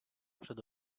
przed